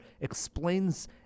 explains